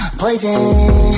poison